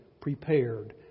prepared